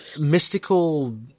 mystical